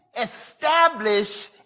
establish